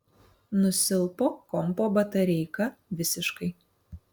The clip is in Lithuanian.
nusilpo kompo batareika visiškai